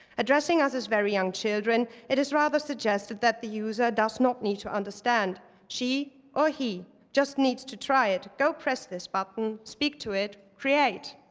addressing us as very young children, it is rather suggested that the user does not need to understand. she or he just needs to try it. go press this button, speak to it, create.